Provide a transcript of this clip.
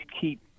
keep